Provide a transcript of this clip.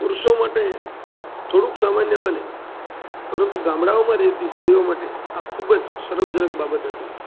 પુરુષો માટે થોડુંક સામાન્ય બને પરંતુ ગામડાઓમાં રેતી સ્ત્રીઓ માટે આ ખૂબ જ શરમ જનક બાબત હતી